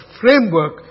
framework